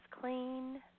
clean